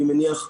אני מניח,